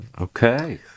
Okay